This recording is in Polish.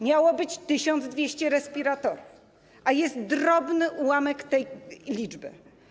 Miało być 1200 respiratorów, a jest drobny ułamek tej liczby.